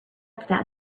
without